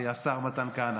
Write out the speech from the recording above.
השר מתן כהנא,